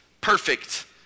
perfect